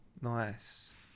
Nice